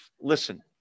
Listen